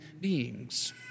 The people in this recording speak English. beings